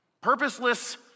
Purposeless